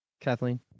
Kathleen